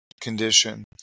condition